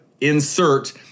insert